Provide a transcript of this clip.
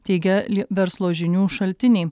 teigia verslo žinių šaltiniai